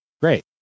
great